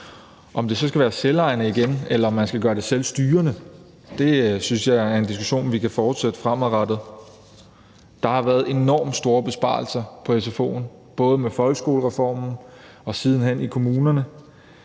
Om det så skal være selvejende igen, eller om man skal gøre det selvstyrende, synes jeg er en diskussion, vi kan fortsætte fremadrettet. Der har været enormt store besparelser på sfo'en, både med folkeskolereformen og siden hen i kommunerne,